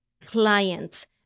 clients